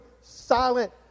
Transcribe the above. silent